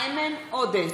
איימן עודה,